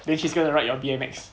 then she's gonna ride your B_M_X